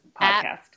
podcast